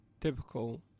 Typical